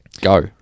go